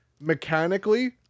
mechanically